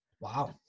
Wow